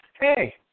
hey